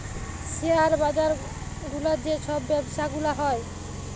share বাজার গুলার যে ছব ব্যবছা গুলা হ্যয়